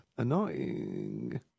Annoying